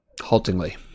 Haltingly